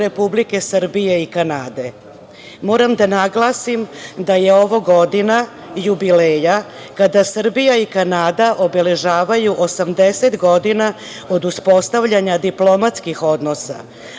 Republike Srbije i Kanade. Moram da naglasim da je ovo godina jubileja kada Srbija i Kanada obeležavaju 80 godina od uspostavljanja diplomatskih odnosa,